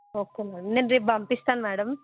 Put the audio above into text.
okay madam నేను రేపు పంపిస్తాను మ్యాడమ్